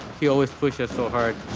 he always push so hard.